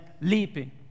leaping